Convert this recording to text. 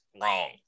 wrong